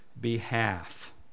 behalf